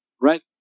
Right